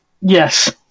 yes